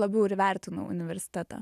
labiau ir įvertinau universitetą